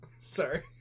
sorry